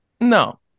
no